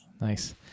Nice